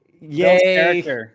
yay